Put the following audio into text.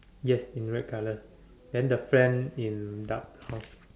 yes in red colour and the fan in dark brown